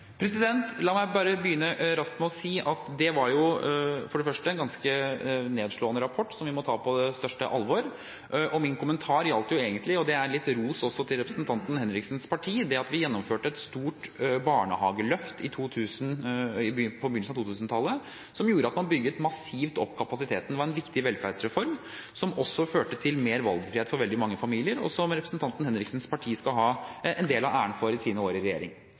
La meg bare begynne raskt med å si at det var for det første en ganske nedslående rapport, som vi må ta på det største alvor. Min kommentar gjaldt egentlig – og det er litt ros også til representanten Henriksens parti – det at vi gjennomførte et stort barnehageløft på begynnelsen av 2000-tallet, som gjorde at man massivt bygget opp kapasiteten. Det var en viktig velferdsreform, som også førte til mer valgfrihet for veldig mange familier, og som representanten Henriksens parti i sine år i regjering skal ha en del av æren for.